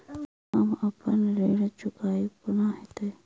हम अप्पन ऋण चुकाइब कोना हैतय?